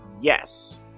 Yes